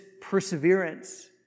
perseverance